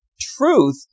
Truth